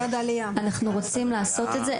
אנחנו רוצים לעשות את זה.